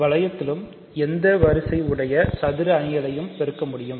வளையத்திலும் ஏதேனும் வரிசை உடைய சதுர அணியையும் பெருக்க முடியும்